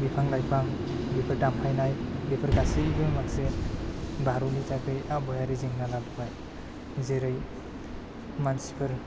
बिफां लायफां बेफोर दानफायनाय बेफोर गासैबो मोनसे भारतनि थाखाय आबहावायारि जेंना लाबोबाय जेरै मानसिफोर